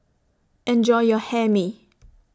Enjoy your Hae Mee